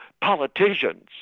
politicians